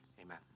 amen